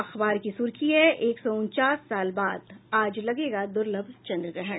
अखबार आज की सुर्खी है एक सौ उनचास साल बाद आज लगेगा दुर्लभ चन्द्रग्रहण